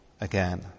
again